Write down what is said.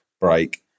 break